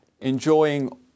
enjoying